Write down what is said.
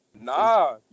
nah